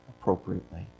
appropriately